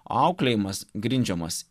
auklėjimas grindžiamas